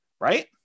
right